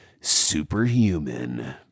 superhuman